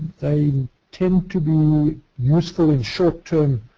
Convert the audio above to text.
they tend to be useful in short-term